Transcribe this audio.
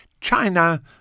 China